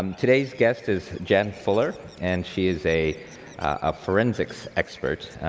um today's guest is jan fuller, and she is a ah forensics expert.